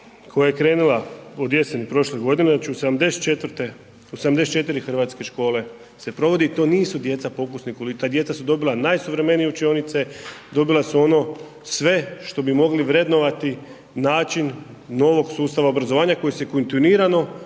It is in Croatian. koja je krenula, od jeseni prošle godine, znači u 74 hrvatske škole se provodi i to nisu djeca pokusnih kunića, ta djeca su dobila najsuvremenije učionice, dobila su ono sve što bi mogli vrednovati i način novog sustava obrazovanja, koji se kontinuirano